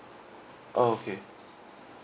oh okay